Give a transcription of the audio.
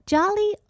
Jolly